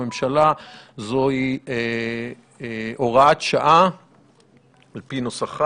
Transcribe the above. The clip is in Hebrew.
הממשלה זוהי הוראת שעה על פי נוסחה,